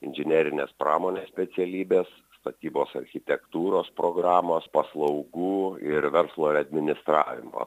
inžinerinės pramonės specialybės statybos architektūros programos paslaugų ir verslo ir administravimo